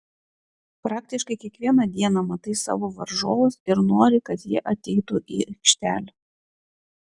praktiškai kiekvieną dieną matai savo varžovus ir nori kad jie ateitų į aikštelę